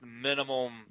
minimum